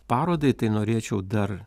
parodai tai norėčiau dar